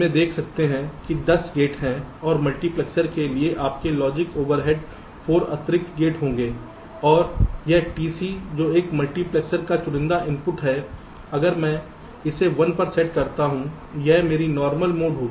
में देख सकते हैं कि 10 गेट हैं और मल्टीप्लेक्सर के लिए आपके लॉजिक ओवरहेड 4 अतिरिक्त गेट होंगे और यह TC जो इस मल्टीप्लेक्सर का चुनिंदा इनपुट है अगर मैं इसे 1 पर सेट करता हूं यह मेरी नॉर्मल मोड होगी